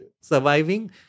surviving